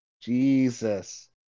Jesus